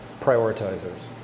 prioritizers